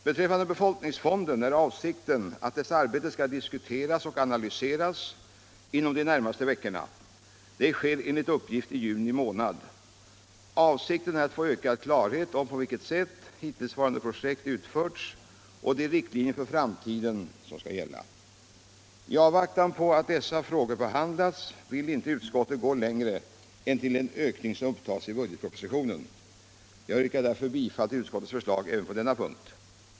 Det är meningen att befolkningsfondens arbete skall diskuteras och analyseras inom de närmaste veckorna —- enligt uppgift i juni månad. Avsikten är att få ökad klarhet om på vilket sätt hittillsvarande projekt utförs och vilka riktlinjer som skall gälla för framtiden. I avvaktan på att dessa frågor behandlas vill utskottet inte gå längre än till den anslagsökning som upptas i budgetpropositionen. Jag yrkar därför bifall till utskottets förslag även på denna punkt.